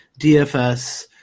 DFS